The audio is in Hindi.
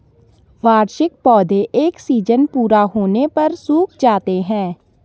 वार्षिक पौधे एक सीज़न पूरा होने पर सूख जाते हैं